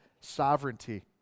sovereignty